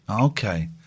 okay